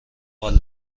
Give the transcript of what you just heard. وال